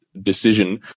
decision